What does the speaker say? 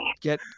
Get